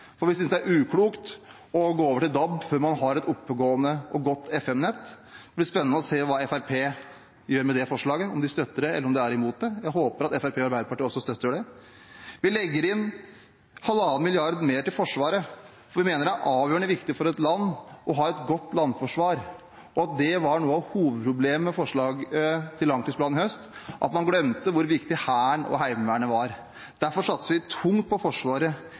for vi synes det er uklokt å gå over til DAB før man har et oppegående og godt nett. Det blir spennende å se hva Fremskrittspartiet gjør med det forslaget, om de støtter det, eller om de er imot det. Jeg håper at Fremskrittspartiet og Arbeiderpartiet også støtter det. Vi legger inn 1,5 mrd. kr mer til Forsvaret, for vi mener det er avgjørende viktig for et land å ha et godt landforsvar. Noe av hovedproblemet med forslaget til langtidsplan i høst, var at man glemte hvor viktig Hæren og Heimevernet var. Derfor satser vi tungt på Forsvaret